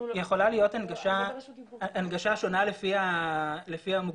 יכולה להיות הנגשה שונה לפי המוגבלות.